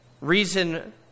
Reason